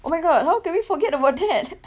oh my god how can we forget about that